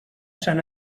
sant